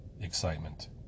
Excitement